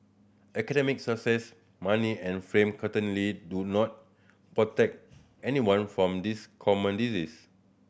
academic success money and fame certainly do not protect anyone from this common disease